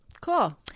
Cool